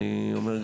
אני אומר,